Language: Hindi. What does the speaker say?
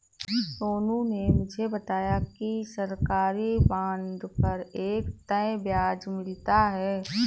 सोनू ने मुझे बताया कि सरकारी बॉन्ड पर एक तय ब्याज मिलता है